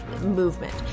movement